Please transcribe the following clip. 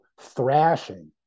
thrashing